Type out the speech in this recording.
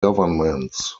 governments